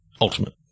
Ultimate